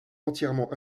entièrement